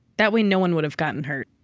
that way no one would have gotten hurt.